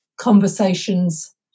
conversations